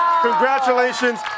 congratulations